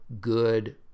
good